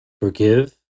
forgive